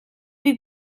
wie